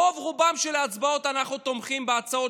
ברוב-רובן של ההצבעות אנחנו תומכים בהצעות